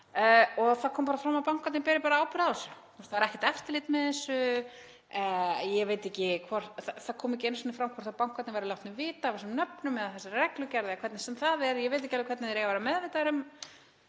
En það kom bara fram að bankarnir beri ábyrgð á þessu. Það er ekkert eftirlit með þessu. Það kom ekki einu sinni fram hvort bankarnir væru látnir vita af þessum nöfnum eða þessari reglugerð eða hvernig sem það er. Ég veit ekki alveg hvernig þeir eiga að vera meðvitaðir um